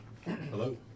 Hello